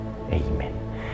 amen